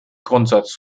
grundsatz